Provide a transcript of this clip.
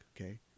okay